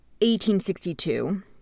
1862